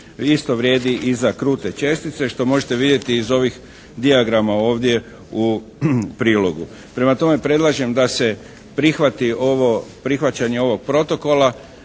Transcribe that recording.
Isto vrijedi i za krute čestice što možete vidjeti iz ovih dijagrama ovdje u prilogu. Prema tome predlažem da se prihvati ovo prihvaćanje ovog protokola